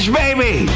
baby